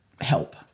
help